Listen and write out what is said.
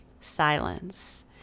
silence